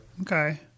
okay